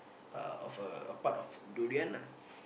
uh of a part of durian ah